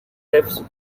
cliffs